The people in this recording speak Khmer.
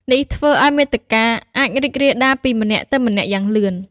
នេះធ្វើឲ្យមាតិកាអាចរីករាលដាលពីម្នាក់ទៅម្នាក់យ៉ាងលឿន។